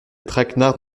traquenard